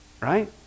Right